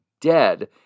dead